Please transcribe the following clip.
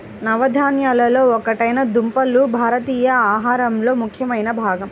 నవధాన్యాలలో ఒకటైన కందులు భారతీయుల ఆహారంలో ముఖ్యమైన భాగం